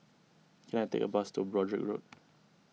can I take a bus to Broadrick Road